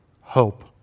hope